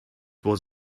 was